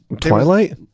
Twilight